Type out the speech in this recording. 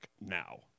now